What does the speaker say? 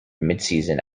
midseason